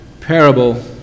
parable